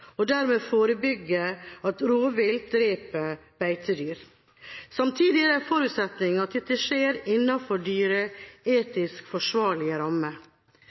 og dermed forebygge at rovvilt dreper beitedyr. Samtidig er det en forutsetning at dette skjer innenfor dyreetisk forsvarlige rammer.